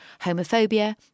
homophobia